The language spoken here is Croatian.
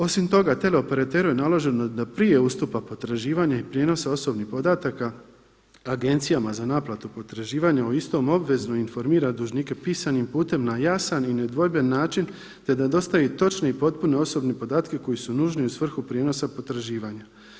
Osim toga teleoperateru je naloženo da prije ustupa potraživanja i prijenosa osobnih podataka agencijama za naplatu potraživanja o istom obvezno informira dužnike pisanim putem na jasan i nedvojben način, te da dostavi točne i potpune osobne podatke koji su nužni u svrhu prijenosa potraživanja.